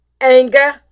anger